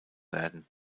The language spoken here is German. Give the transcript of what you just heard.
werden